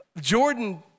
Jordan